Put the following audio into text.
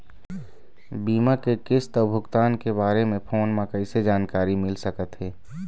बीमा के किस्त अऊ भुगतान के बारे मे फोन म कइसे जानकारी मिल सकत हे?